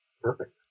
Perfect